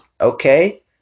Okay